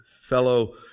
fellow